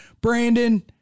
Brandon